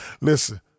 Listen